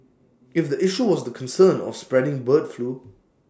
if the issue was the concern of spreading bird flu